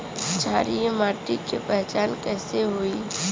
क्षारीय माटी के पहचान कैसे होई?